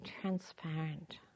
transparent